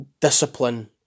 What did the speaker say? Discipline